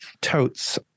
Totes